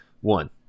one